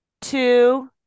two